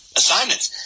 assignments